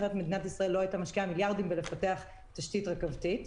אחרת מדינת ישראל לא הייתה משקיעה מיליארדים בלפתח תשתית רכבתית.